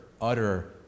utter